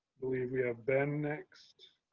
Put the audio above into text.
believe we have ben next.